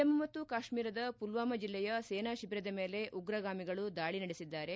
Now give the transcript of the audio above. ಜಮ್ನು ಮತ್ತು ಕಾಶ್ವೀರದ ಮಲ್ವಾಮ ಜಿಲ್ಲೆಯ ಸೇನಾ ಶಿಬಿರದ ಮೇಲೆ ಉಗ್ರಗಾಮಿಗಳು ದಾಳಿ ನಡೆಸಿದ್ದಾರೆ